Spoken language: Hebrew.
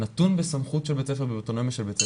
נתון בסמכות ובאוטונומיה של בית הספר.